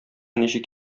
ничек